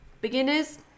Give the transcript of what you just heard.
beginners